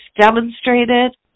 demonstrated